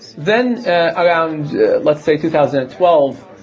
then ah around let's say two thousand and twelve,